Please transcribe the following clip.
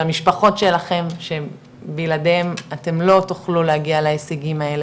למשפחות שלכם שבלעדיהם אתם לא תוכלו להגיע להישגים האלה,